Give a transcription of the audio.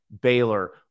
Baylor